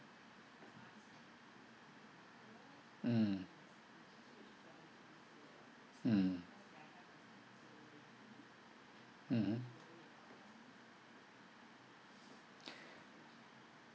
mm mm mmhmm